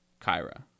Kyra